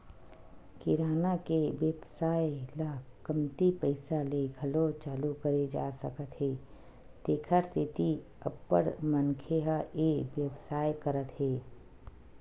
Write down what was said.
किराना के बेवसाय ल कमती पइसा ले घलो चालू करे जा सकत हे तेखर सेती अब्बड़ मनखे ह ए बेवसाय करत हे